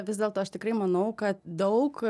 vis dėlto aš tikrai manau kad daug